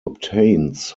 obtains